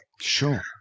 Sure